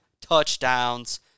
touchdowns